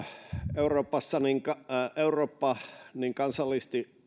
euroopassa niin kansallisesti